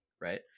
right